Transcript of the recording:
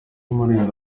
arenga